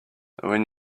when